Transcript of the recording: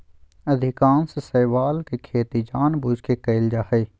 अधिकांश शैवाल के खेती जानबूझ के कइल जा हइ